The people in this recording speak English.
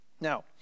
Now